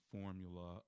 formula